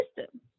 system